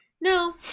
No